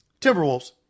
Timberwolves